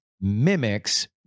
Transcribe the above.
mimics